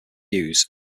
views